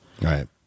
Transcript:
Right